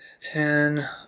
Ten